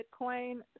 Bitcoin